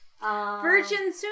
Virgin